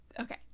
okay